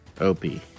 Opie